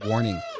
Warning